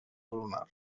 lunar